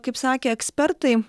kaip sakė ekspertai